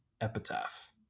Epitaph